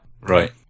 Right